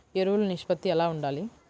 ఎరువులు నిష్పత్తి ఎలా ఉండాలి?